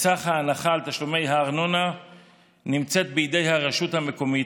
את סך ההנחה על תשלומי הארנונה נמצאת בידי הרשות המקומית.